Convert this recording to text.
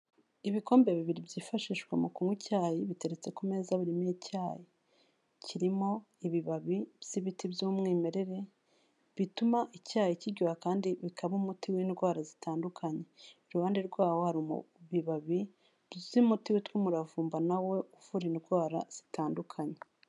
Ibikombe bibiri byifashishwa mu kunywa icyayi biteretse ku meza bimo icyayi. Kirimo ibibabi by'ibiti by'umwimerere, bituma icyayi kiryoha kandi bikaba umuti w'indwara zitandukanye. Iruhande rwawo hari ibibabi by'umuti witwa umuravumba nawo uvura indwara zitandukanye.